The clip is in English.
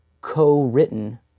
co-written